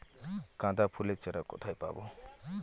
গাঁদা ফুলের চারা কোথায় পাবো?